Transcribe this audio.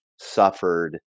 suffered